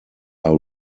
are